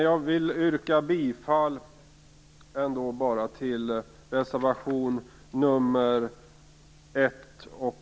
Jag vill yrka bifall bara till reservationerna 1 och